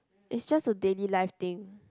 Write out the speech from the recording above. it's just a daily life thing